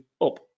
up